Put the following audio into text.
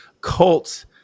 cults